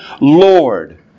Lord